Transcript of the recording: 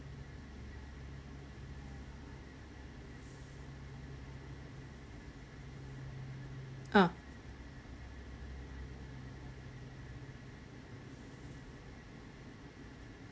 ah